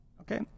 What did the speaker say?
Okay